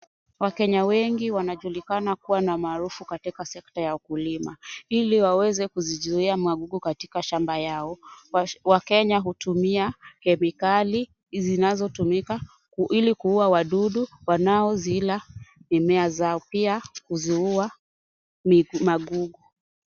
Wakenya wengi wanajulikana kuwa na umaarufu katika sekta ya ukulima ili waweze kuzizua madudu katika shamba yao. Wakenya hutumia kemikali zinazotumika ili kuua wadudu wanaozila mimea zao pia kuziua magugu.